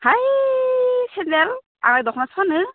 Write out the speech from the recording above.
high सेन्देल आंलाय दख'नासो फानो